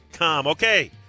Okay